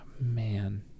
Man